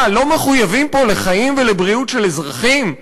מה, לא מחויבים פה לחיים ולבריאות של אזרחים?